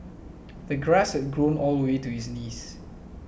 the grass had grown all the way to his knees